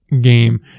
game